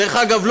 דרך אגב,